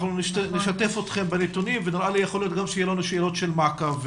אנחנו נשתף אתכם בנתונים ונראה לי שיכול להיות שיהיו לנו שאלות של מעקב.